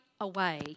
away